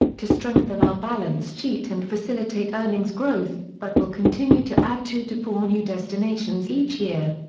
to strengthen our balance sheet and facilitate earnings growth, but will continue to add two to four new destinations each year.